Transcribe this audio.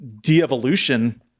de-evolution